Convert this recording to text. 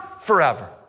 forever